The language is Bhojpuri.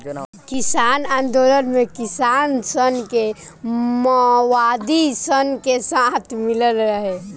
किसान आन्दोलन मे किसान सन के मओवादी सन के साथ मिलल रहे